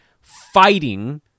fighting